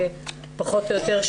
פחות או יותר,